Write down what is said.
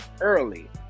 early